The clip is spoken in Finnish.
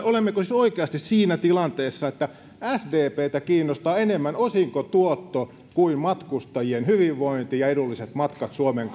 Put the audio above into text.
olemmeko siis oikeasti siinä tilanteessa että sdptä kiinnostaa enemmän osinkotuotto kuin matkustajien hyvinvointi ja edulliset matkat suomen